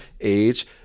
age